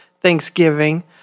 Thanksgiving